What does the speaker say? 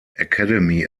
academy